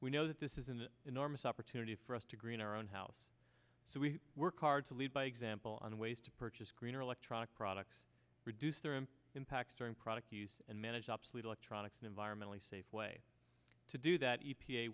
we know that this is an enormous opportunity for us to green our own house so we work hard to lead by example on ways to purchase greener electronic products reduce the rim in packs or in product use and manage obsolete electronics an environmentally safe way to do that